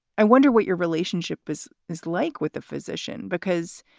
i wonder what your relationship is is like with the physician because.